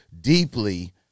deeply